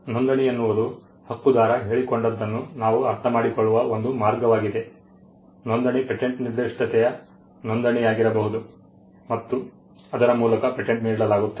ನೋಂದಣಿ ಎನ್ನುವುದು ಹಕ್ಕುದಾರ ಹೇಳಿಕೊಂಡದ್ದನ್ನು ನಾವು ಅರ್ಥಮಾಡಿಕೊಳ್ಳುವ ಒಂದು ಮಾರ್ಗವಾಗಿದೆ ನೋಂದಣಿ ಪೇಟೆಂಟ್ ನಿರ್ದಿಷ್ಟತೆಯ ನೋಂದಣಿಯಾಗಿರಬಹುದು ಮತ್ತು ಅದರ ಮೂಲಕ ಪೇಟೆಂಟ್ ನೀಡಲಾಗುತ್ತದೆ